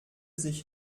sich